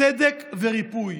צדק וריפוי.